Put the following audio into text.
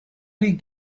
die